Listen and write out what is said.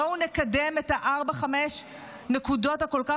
בואו נקדם את ארבע-חמש הנקודות הכל-כך